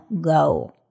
go